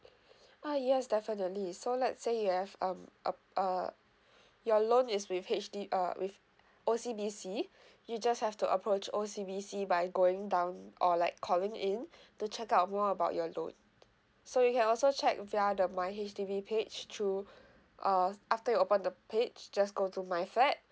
ah yes definitely so let's say you have um a~ uh your loan is with H_D~ uh with O_C_B_C you just have to approach O_C_B_C by going down or like calling in to check out more about your loan so you can also check via the my H_D_B page through uh after you open the page just go to my flat